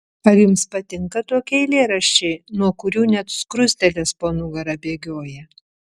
ar jums patinka tokie eilėraščiai nuo kurių net skruzdėlės po nugarą bėgioja